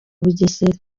bugesera